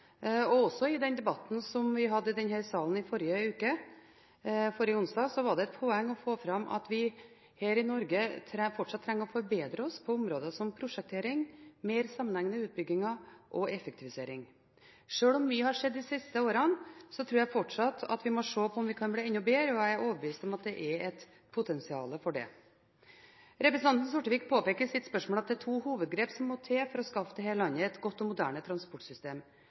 og også i den debatten vi hadde i denne salen forrige onsdag – var det et poeng å få fram at vi her i Norge fortsatt trenger å forbedre oss på områder som prosjektering, mer sammenhengende utbygginger og effektivisering. Sjøl om mye har skjedd de siste årene, tror jeg fortsatt vi må se på om vi kan bli enda bedre, og jeg er overbevist om at det er et potensial for det. Representanten Sortevik påpeker i sitt spørsmål at det er to hovedgrep som må til for å skaffe dette landet et godt og moderne transportsystem: